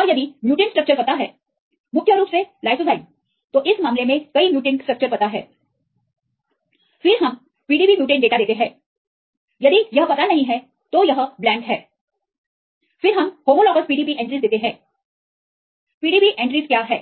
और यदि mutant structure पता है मुख्य रूप से लाइसोझाइम तो इस मामले में कई म्युटेंटस का स्ट्रक्चर पता है फिर हम PDB म्युटेंट का डेटा देते हैं यदि यह पता नहीं है तो यह ब्लैंक हैफिर हम होमोलॉग्स PDBएंट्रीज देते हैं PDBएंट्रीज क्या है